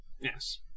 Yes